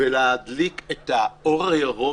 ולהדליק את האור הירוק